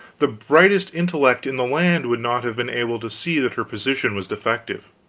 the brightest intellect in the land would not have been able to see that her position was defective.